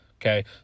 Okay